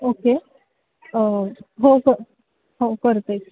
okay हो हो हो करते